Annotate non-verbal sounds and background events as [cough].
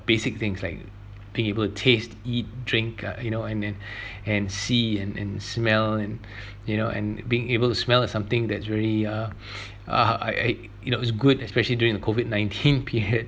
basic things like being able to taste eat drink uh you know and and [breath] and see and and smell and [breath] you know and being able to smell of something that's really uh [breath] uh I I you know it's good especially during the COVID nineteen period [laughs]